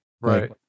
Right